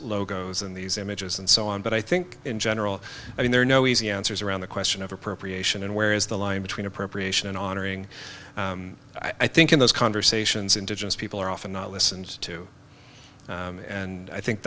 logos and these images and so on but i think in general i mean there are no easy answers around the question of appropriation and where is the line between appropriation and honoring i think in those conversations indigenous people are often not listened to and i think